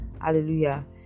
hallelujah